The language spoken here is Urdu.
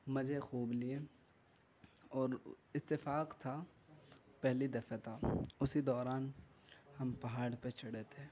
مزے خوب لیے اور اتفاق تھا پہلی دفعہ تھا اسی دوران ہم پہاڑ پہ چڑھے تھے